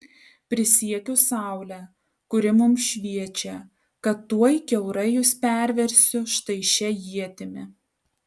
prisiekiu saule kuri mums šviečia kad tuoj kiaurai jus perversiu štai šia ietimi